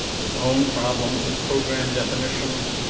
its own problems of program definition,